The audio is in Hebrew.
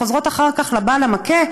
חוזרות אחר כך לבעל המכה,